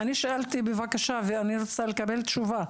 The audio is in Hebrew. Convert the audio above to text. אני שאלתי בבקשה ואני רוצה לקבל תשובה.